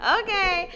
Okay